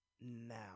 now